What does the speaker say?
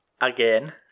again